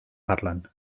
parlen